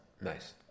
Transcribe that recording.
Nice